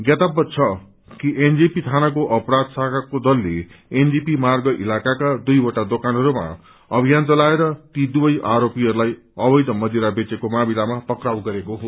ज्ञातब्य छ कि एनजेपी थानाको अपराध शाखाको दलले एनजेपी मार्ग इलाकाका दुइवटा दोकानहरूमा अभियान चलाएर ती दुवै आरोपीहरूलाई अवैध मदिरा बेचेको मामिलामा पक्राउ गरेको हो